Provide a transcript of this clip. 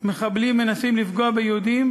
מחבלים מנסים לפגוע ביהודים,